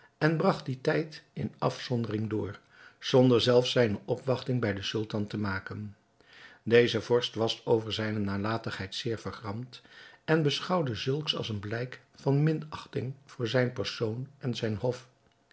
en bragt dien tijd in afzondering door zonder zelfs zijne opwachting bij den sultan te maken deze vorst was over zijne nalatigheid zeer vergramd en beschouwde zulks als een blijk van minachting voor zijn persoon en zijn hof